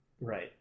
Right